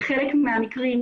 בחלק מהמקרים,